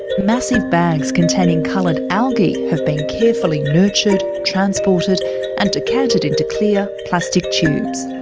massive bags containing coloured algae have been carefully nurtured, transported and decanted into clear plastic tubes.